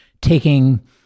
taking